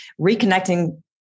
reconnecting